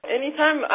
Anytime